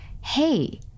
hey